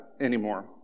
anymore